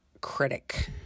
critic